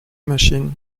machine